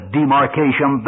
demarcation